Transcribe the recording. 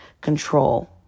control